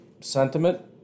sentiment